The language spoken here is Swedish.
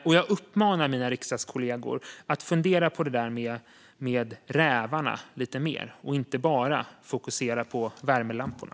Och jag uppmanar mina riksdagskollegor att fundera på det där med rävarna lite mer och att inte bara fokusera på värmelamporna.